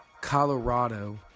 Colorado